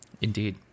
indeed